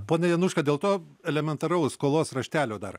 pone januška dėl to elementaraus skolos raštelio dar